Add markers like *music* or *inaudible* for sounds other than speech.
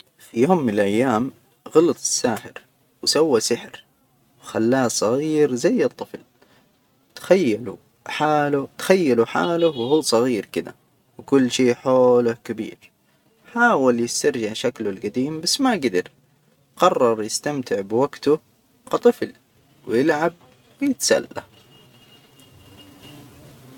في يوم من الأيام *noise* غلط الساحر، وسوى سحر وخلاه صغير زي الطفل، تخيلوا حاله-تخيلوا حاله وهو صغير كده وكل شي حوله كبير. حاول يسترجع شكله الجديم بس ما جدر، قرر يستمتع بوقته كطفل ويلعب ويتسلى.